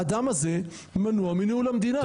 האדם הזה מנוע מניהול המדינה.